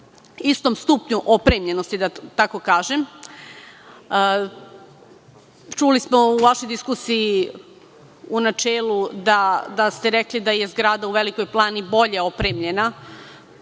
istom stupnju opremljenosti, da tako kažem, čuli smo u vašoj diskusiji u načelu, da ste rekli da je zgrada u Velikoj Plani bolje opremljena,